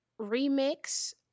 remix